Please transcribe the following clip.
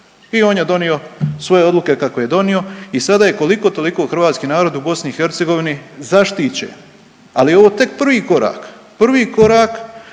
i on je donio svoje odluke kako je donio i sada je koliko toliko hrvatski narod u BiH zaštićen. Ali ovo je tek prvi korak, prvi korak